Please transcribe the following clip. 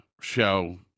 show